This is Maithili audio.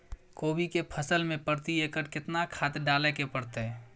कोबी के फसल मे प्रति एकर केतना खाद डालय के परतय?